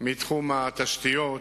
מתחום התשתיות,